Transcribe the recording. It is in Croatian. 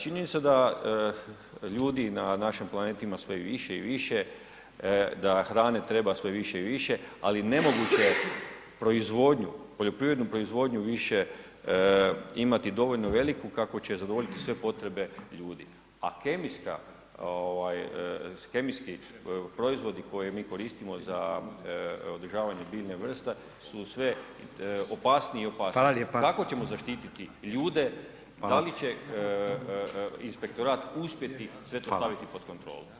Čini mi se da ljudi na našem planetima sve više i više, da hrane treba sve više i više, ali nemoguće je proizvodnju, poljoprivrednu proizvodnju više imati dovoljnu veliku kako će zadovoljiti sve potrebe ljudi, a kemijski proizvodi koje mi koristimo za održavanje biljne vrste su sve opasnije i opasnije, kako ćemo zaštiti [[Upadica: Hvala lijepo.]] ljude, da li će inspektorat uspjeti [[Upadica: Hvala.]] sve to staviti pod kontrolu?